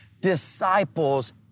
disciples